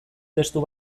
testu